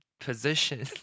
position